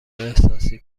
احساسی